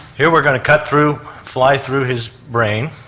here we're going to cut through, fly through his brain,